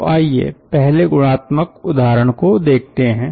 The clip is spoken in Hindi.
तो आइए पहले गुणात्मक उदाहरण को देखते है